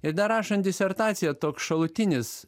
ir dar rašant disertaciją toks šalutinis